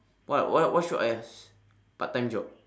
what what what should I ask part time job